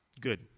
Good